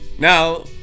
Now